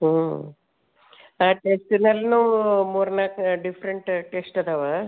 ಹ್ಞೂ ಆ ಟೆಸ್ಟಿನಲ್ಲೂ ಮೂರು ನಾಲ್ಕು ಡಿಫ್ರೆಂಟ್ ಟೆಸ್ಟ್ ಅದಾವೆ